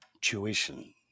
tuition